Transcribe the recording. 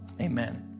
Amen